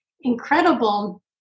incredible